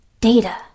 data